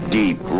deep